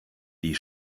die